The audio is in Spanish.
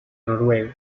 noruega